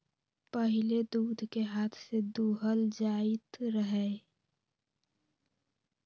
पहिले दूध के हाथ से दूहल जाइत रहै